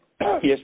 Yes